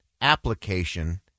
application